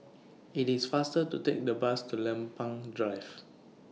IT IS faster to Take The Bus to Lempeng Drive